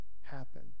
happen